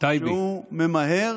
שהוא ממהר